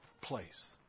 place